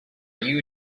you